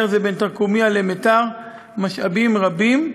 הזה בין תרקומיא למיתר משאבים רבים,